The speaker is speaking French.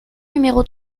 numéro